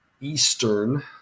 Eastern